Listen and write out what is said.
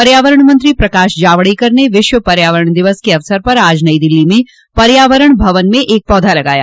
पर्यावरण मंत्री प्रकाश जावडेकर ने विश्व पर्यावरण दिवस के अवसर पर आज नई दिल्ली में पर्यावरण भवन में एक पौधा लगाया